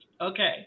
Okay